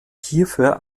hierfür